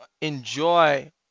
Enjoy